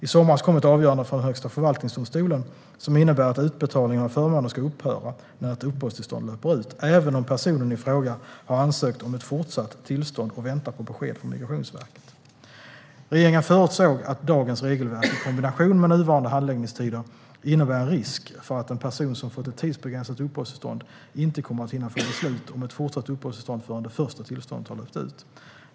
I somras kom ett avgörande från Högsta förvaltningsdomstolen som innebär att utbetalningen av förmåner ska upphöra när ett uppehållstillstånd löper ut, även om personen i fråga har ansökt om ett fortsatt tillstånd och väntar på besked från Migrationsverket. Regeringen förutsåg att dagens regelverk i kombination med nuvarande handläggningstider innebär en risk för att en person som fått ett tidsbegränsat uppehållstillstånd inte kommer att hinna få beslut om ett fortsatt uppehållstillstånd förrän det första tillståndet har löpt ut.